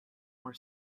were